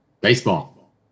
Baseball